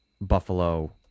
Buffalo